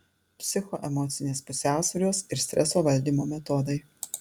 psichoemocinės pusiausvyros ir streso valdymo metodai